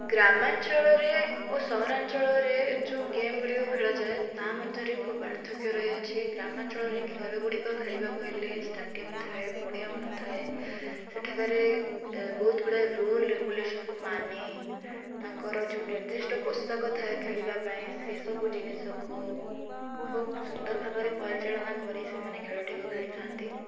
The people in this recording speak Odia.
ଗ୍ରାମାଞ୍ଚଳରେ ଓ ସହରାଞ୍ଚଳରେ ଯେଉଁ ଗେମ୍ଗୁଡ଼ିକ ଖେଳାଯାଏ ତା' ମଧ୍ୟରେ ଖୁବ ପାର୍ଥକ୍ୟ ରହିଅଛି ଗ୍ରାମାଞ୍ଚଳରେ ଖେଳଗୁଡ଼ିକ ଖେଳିବାକୁ ହେଲେ ଷ୍ଟାଡ଼ିଅମ୍ ଥାଏ ପଡ଼ିଆମାନ ଥାଏ ସେଠାକାରେ ବହୁତ ଗୁଡ଼ାଏ ରୁଲ୍ ରେଗୁଲେସନ୍କୁ ମାନି ତାଙ୍କର ଯେଉଁ ନିର୍ଦ୍ଧିଷ୍ଟ ପୋଷାକ ଥାଏ ଖେଳିବା ପାଇଁ ସିଏ ସବୁ ଜିନିଷକୁ ଖୁବ ସୁନ୍ଦର ଭାବରେ ପରିଚାଳନା କରି ସେମାନେ ଖେଳଟିକୁ ଖେଳି ଥାଆନ୍ତି